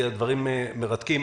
הדברים מרתקים.